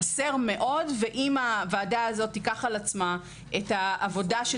חסר מאוד ואם העבודה הזאת תיקח על עצמה את העבודה של